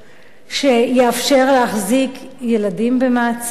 שיאפשר להחזיק ילדים במעצר,